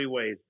freeways